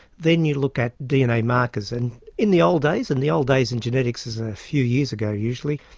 then you look at dna markers and in the old days, and the old days in genetics is a few years ago usually,